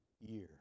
year